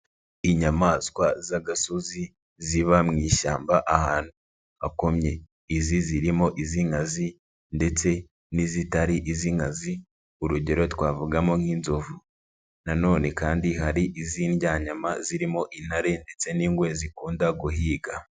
Inyamaswa z'agasozi ziba mu ishyamba ahantu hakomye. Izi zirimo iz'inkazi ndetse n'izitari iz'inkazi. Urugero twavugamo nk'inzovu, na none kandi hari iz'indyanyama zirimo intare ndetse n'ingwe zikunda guhiga.